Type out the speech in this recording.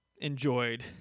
enjoyed